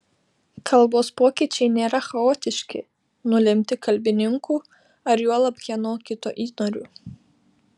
kalbos pokyčiai nėra chaotiški nulemti kalbininkų ar juolab kieno kito įnorių